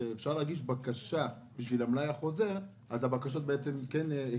שאפשר להגיש בקשה למלאי חוזר אז הבקשות יתחדשו.